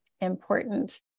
important